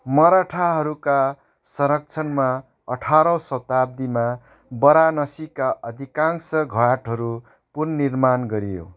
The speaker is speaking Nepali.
मराठाहरूका संरक्षणमा अठारौँ शताब्दीमा वाराणसीका अधिकांश घाटहरू पुनर्निर्माण गरियो